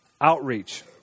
outreach